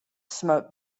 smoke